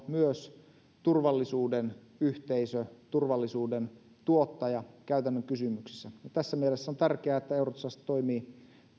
myös turvallisuuden yhteisö turvallisuuden tuottaja käytännön kysymyksissä tässä mielessä on tärkeää että eurojust toimii